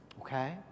Okay